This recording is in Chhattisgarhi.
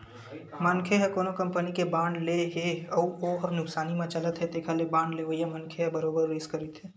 मनखे ह कोनो कंपनी के बांड ले हे अउ हो ह नुकसानी म चलत हे तेखर ले बांड लेवइया मनखे ह बरोबर रिस्क रहिथे